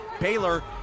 Baylor